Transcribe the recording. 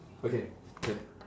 okay K